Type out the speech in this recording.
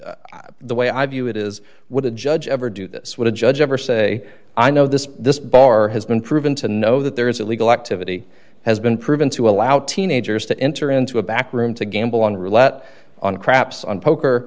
the way i view it is with a judge ever do this with a judge ever say i know this this bar has been proven to know that there is illegal activity has been proven to allow teenagers to enter into a back room to gamble on